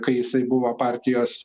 kai jisai buvo partijos